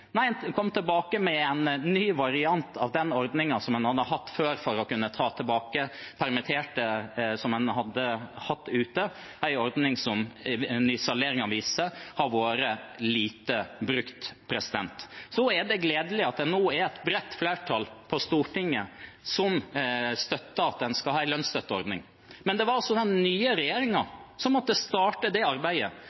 Nei, en kom tilbake med en ny variant av den ordningen som en hadde hatt før for å kunne ta tilbake permitterte som en hadde hatt ute, en ordning som nysalderingen viser har vært lite brukt. Så er det gledelig at det nå er et bredt flertall på Stortinget som støtter at en skal ha en lønnsstøtteordning, men det var altså den nye